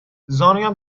زانویم